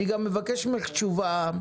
אני גם מבקש תשובה,